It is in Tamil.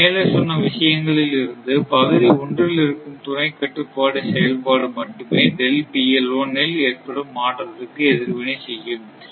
மேலே சொன்ன விசயங்களில் இருந்து பகுதி ஒன்றில் இருக்கும் துணை கட்டுப்பாட்டு செயல்பாடு மட்டுமே இல் ஏற்படும் மாற்றத்திற்கு எதிர்வினை செய்யும்